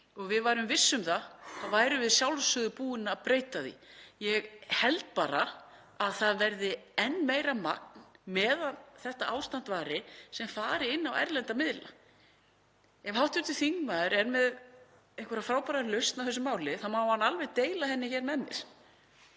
og við værum viss um það þá værum við að sjálfsögðu búin að breyta þessu. Ég held bara að það yrði enn meira magn meðan þetta ástand varir sem færi inn á erlenda miðla. Ef hv. þingmaður er með einhverja frábæra lausn á þessu máli þá má hann alveg deila henni með mér.